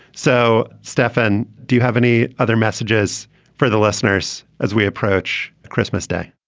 so, stefan, do you have any other messages for the listeners as we approach christmas day,